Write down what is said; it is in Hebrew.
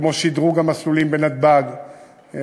כמו שדרוג המסלולים בנתב"ג,